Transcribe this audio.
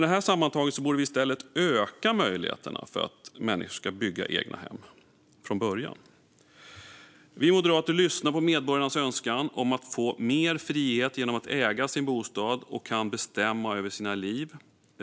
Detta sammantaget gör att vi i stället borde öka möjligheterna för människor att bygga egnahem från början. Vi moderater lyssnar på medborgarnas önskan om att få mer frihet genom att äga sin bostad och kunna bestämma över sitt liv.